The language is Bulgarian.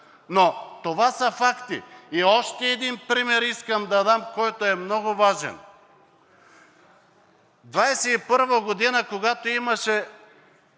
но това са факти. Още един пример искам да дам, който е много важен. 2021 г., когато имаше